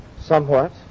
Somewhat